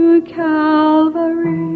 Calvary